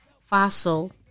Fossil